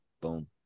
Boom